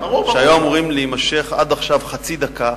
שהיו אמורים להימשך עד עכשיו חצי דקה,